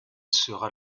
sera